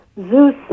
Zeus